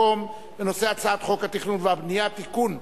הצעת חוק התכנון והבנייה (תיקון,